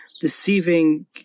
deceiving